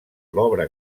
obra